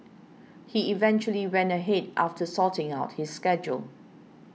he eventually went ahead after sorting out his schedule